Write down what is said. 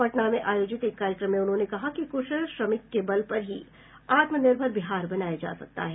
पटना में आयोजित एक कार्यक्रम में उन्होंने कहा कि कुशल श्रमिक के बल पर ही आत्मनिर्भर बिहार बनाया जा सकता है